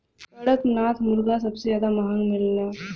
कड़कनाथ मुरगा सबसे जादा महंगा मिलला